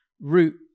Root